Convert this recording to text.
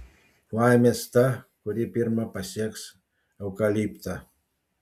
laimės ta kuri pirma pasieks eukaliptą